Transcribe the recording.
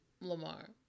Lamar